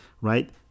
right